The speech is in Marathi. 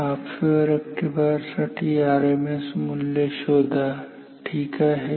हाफ वेव्ह रेक्टिफायर साठी आरएमएस मूल्य शोधा ठीक आहे